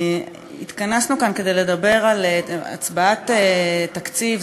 התכנסנו כאן כדי לדבר על הצבעת תקציב.